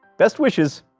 best wishes,